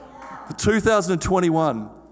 2021